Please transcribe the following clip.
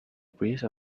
breeze